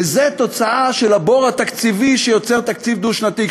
וזה תוצאה של הבור התקציבי שיוצר תקציב דו-שנתי.